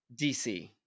DC